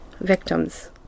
victims